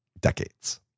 decades